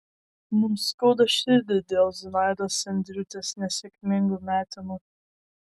mums skauda širdį dėl zinaidos sendriūtės nesėkmingų metimų